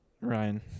Ryan